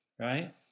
right